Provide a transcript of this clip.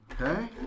Okay